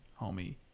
homie